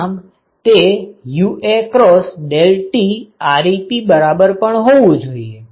આમ તે UA×∆TReP બરાબર પણ હોવું જોઈએ